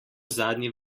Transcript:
zadnji